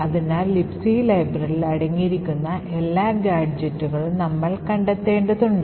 അതിനാൽ Libc ലൈബ്രറിയിൽ അടങ്ങിയിരിക്കുന്ന എല്ലാ ഗാഡ്ജെറ്റുകളും നമ്മൾ കണ്ടെത്തേണ്ടതുണ്ട്